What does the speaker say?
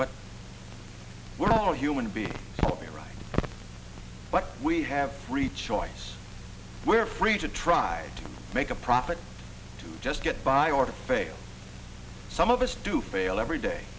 but we're all human to be right but we have free choice we're free to try to make a profit to just get by or fail some of us to fail every day